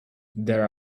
there